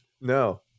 No